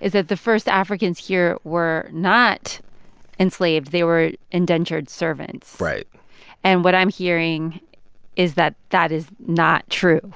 is that the first africans here were not enslaved. they were indentured servants right and what i'm hearing is that that is not true